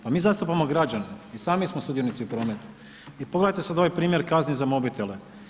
Pa mi zastupamo građane i sami smo sudionici u prometu i pogledajte sad ovaj primjer kazni za mobitele.